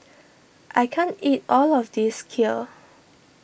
I can't eat all of this Kheer